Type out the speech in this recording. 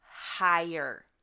higher